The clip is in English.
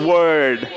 Word